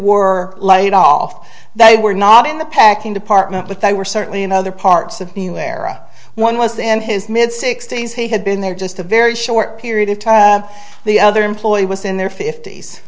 were laid off they were not in the packing department but they were certainly in other parts of being there one was in his mid sixty's he had been there just a very short period of time the other employee was in their fift